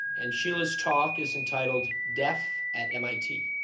and sheila's talk is entitled deaf at mit.